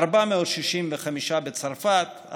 465 בצרפת,